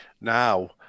Now